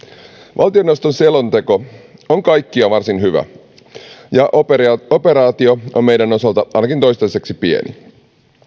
valtioneuvoston selonteko on kaikkiaan varsin hyvä operaatio operaatio on meidän osaltamme ainakin toistaiseksi pieni